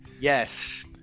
Yes